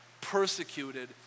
persecuted